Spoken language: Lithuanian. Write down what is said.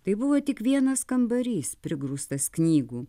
tai buvo tik vienas kambarys prigrūstas knygų